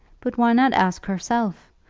but why not ask herself?